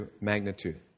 magnitude